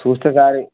చూస్తా సార్